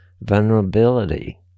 vulnerability